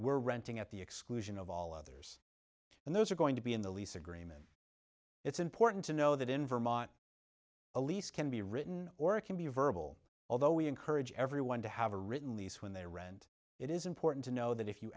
we're renting at the exclusion of all others and those are going to be in the lease agreement it's important to know that in vermont a lease can be written or it can be verbal although we encourage everyone to have a written lease when they rent it is important to know that if you